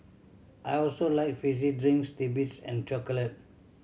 I also like fizzy drinks titbits and chocolate